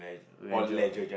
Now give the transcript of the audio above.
leisure